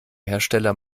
hersteller